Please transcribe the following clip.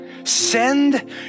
Send